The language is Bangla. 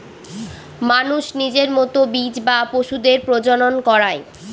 মানুষ নিজের মতো বীজ বা পশুদের প্রজনন করায়